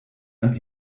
dann